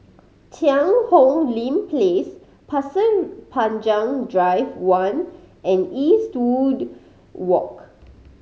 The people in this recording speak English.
Cheang Hong Lim Place Pasir Panjang Drive One and Eastwood Walk